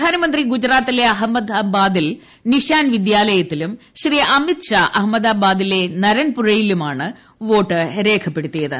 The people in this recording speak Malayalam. പ്രധാനമന്ത്രി ഗുജറാത്തിലെ നിശാൻ അഹമ്മദാബാദിൽ വിദ്യാലയത്തിലും ശ്രീ അമിത് ഷാ അഹമ്മദ്രാബ്രാദിലെ നരൻപുരയിലുമാണ് വോട്ട് രേഖപ്പെടുത്തിയത്